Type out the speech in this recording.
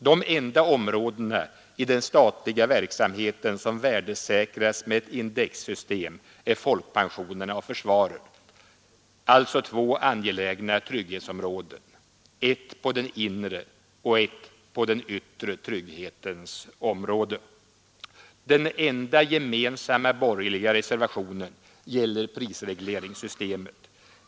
De enda områdena i den statliga verksamheten som värdesäkras med ett indexsystem är folkpensionerna och försvaret. Alltså två angelägna trygghetsområden. Ett på den inre och ett på den yttre trygghetens område. Den enda gemensamma borgerliga reservationen gäller prisregleringssystemet.